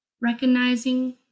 recognizing